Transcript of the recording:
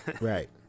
Right